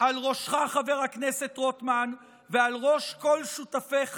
על ראשך, חבר הכנסת רוטמן, ועל ראש כל שותפיך,